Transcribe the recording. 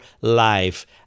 life